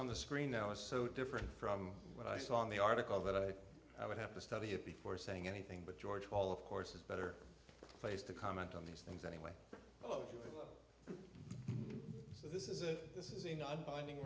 on the screen now is so different from what i saw in the article that i i would have to study it before saying anything but george hall of course is better placed to comment on these things anyway oh so this is a this is a non binding